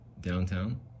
downtown